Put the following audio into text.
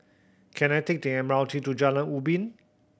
can I take the M R T to Jalan Ubin